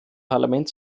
parlament